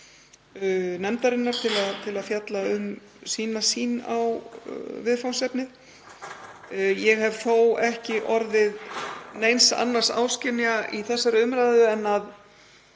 nefndarinnar með sína sýn á viðfangsefnið. Ég hef þó ekki orðið neins annars áskynja í þessari umræðu en að